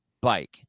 bike